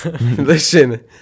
listen